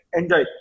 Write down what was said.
enjoy